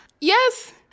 Yes